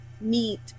meet